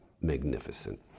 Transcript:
magnificent